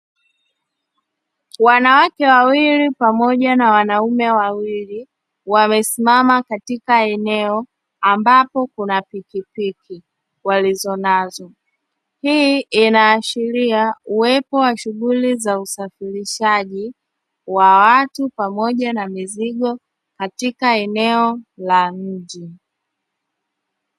Wanawake wawili pamoja na wanaume wawili wamesimama katika eneo ambapo kuna pikipiki walizonazo, hii ina ashiria uwepo wa shughuli za usafirishaji wa watu pamoja na mizigo katika eneo la mji.